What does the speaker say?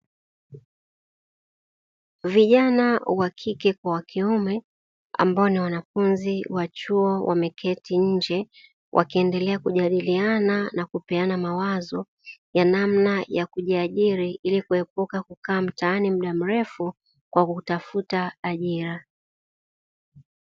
Vijana wa kike kwa wa kiume, ambao ni wanafunzi wa chuo, wameketi nje wakiendelea kujadiliana na kupeana mawazo ya namna ya kujiajiri ili kuepuka kukaa mtaani mda mrefu kwa kutafuta ajira.